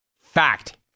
fact